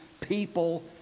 people